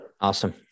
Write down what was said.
Awesome